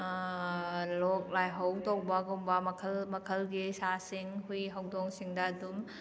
ꯂꯣꯛ ꯂꯥꯏꯍꯧ ꯇꯧꯕꯒꯨꯝꯕ ꯃꯈꯜ ꯃꯈꯜꯒꯤ ꯁꯥꯁꯤꯡ ꯍꯨꯏ ꯍꯧꯗꯣꯡꯁꯤꯡꯗ ꯑꯗꯨꯝ